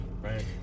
right